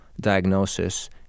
diagnosis